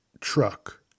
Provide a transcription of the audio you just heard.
truck